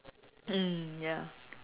mm ya